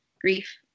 grief